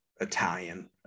Italian